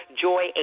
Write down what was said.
Joy